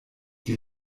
die